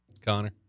Connor